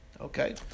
Okay